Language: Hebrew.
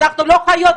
אנחנו לא חיות,